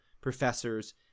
professors